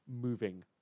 moving